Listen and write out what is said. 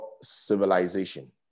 civilization